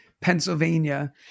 Pennsylvania